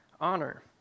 honor